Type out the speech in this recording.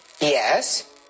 Yes